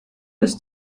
ist